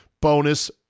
bonus